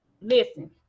listen